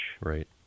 Right